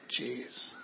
Jeez